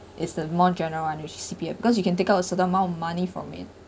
it's the more general one is C_P_F because you can take out a certain amount of money from it